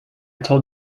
told